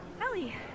Ellie